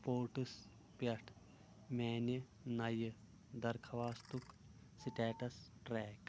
پورٹلَس پٮ۪ٹھ میٛانہِ نَیہِ درخوٛاستُک سٹیٹَس ٹرٛیک